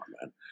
man